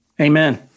Amen